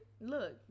Look